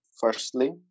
firstly